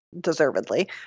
deservedly